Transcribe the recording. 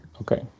Okay